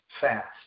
fast